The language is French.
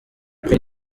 près